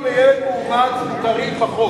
ילד ביולוגי וילד מאומץ מוכרים בחוק.